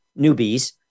newbies